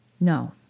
No